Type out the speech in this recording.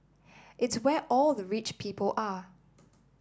it's where all the rich people are